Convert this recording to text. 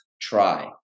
try